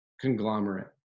conglomerate